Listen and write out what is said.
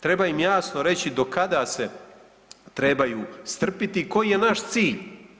Treba im jasno reći do kada se trebaju strpiti i koji je naš cilj.